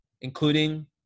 including